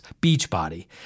Beachbody